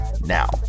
Now